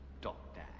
Doctor